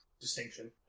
distinction